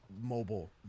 mobile